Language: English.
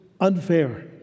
unfair